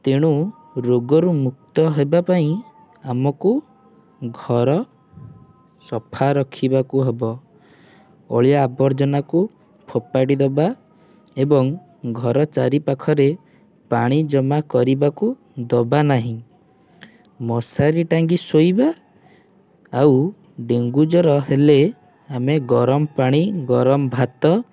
ତେଣୁ ରୋଗରୁ ମୁକ୍ତ ହେବାପାଇଁ ଆମକୁ ଘର ସଫା ରଖିବାକୁ ହବ ଅଳିଆ ଆବର୍ଜନାକୁ ଫୋପାଡ଼ି ଦେବା ଏବଂ ଘର ଚାରି ପାଖରେ ପାଣି ଜମା କରିବାକୁ ଦେବାନାହିଁ ମଶାରୀ ଟାଙ୍ଗୀ ଶୋଇବା ଆଉ ଡେଙ୍ଗୁ ଜ୍ଵର ହେଲେ ଆମେ ଗରମ ପାଣି ଗରମ ଭାତ